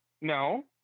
No